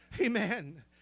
Amen